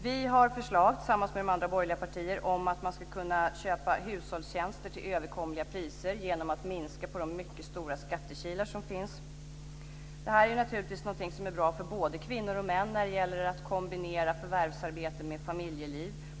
Vi har tillsammans med de andra borgerliga partierna förslag om att man ska kunna köpa hushållstjänster till överkomliga priser genom att minska de mycket stora skattekilar som finns. Detta är naturligtvis någonting som är bra för både kvinnor och män när det gäller att kombinera förvärvsarbete med familjeliv.